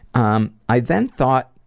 um i then thought,